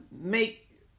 make